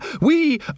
We